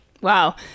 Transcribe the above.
Wow